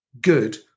good